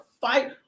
fight